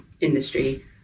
industry